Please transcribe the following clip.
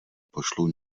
pošlu